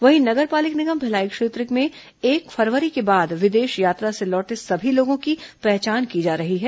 वहीं नगर पालिक निगम भिलाई क्षेत्र में एक फरवरी के बाद विदेश यात्रा से लौटे सभी लोगों की पहचान की जा रही है